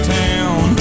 town